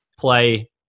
play